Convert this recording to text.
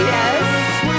Yes